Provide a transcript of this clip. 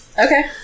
Okay